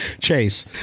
Chase